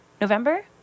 November